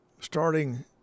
Starting